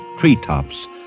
treetops